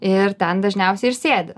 ir ten dažniausiai ir sėdi